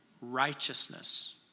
Righteousness